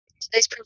Today's